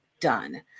done